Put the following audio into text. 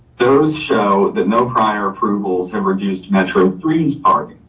those show that no prior approvals have reduced metro three's parking.